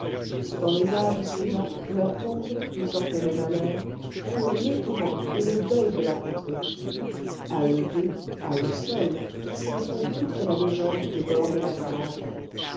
dans les âges suivants leurs tombes d'où sortait le malheur furent l'épouvante et le deuil de la contrée a eux deux à eux seuls ils sont toute la légende des bords de la save